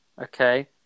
Okay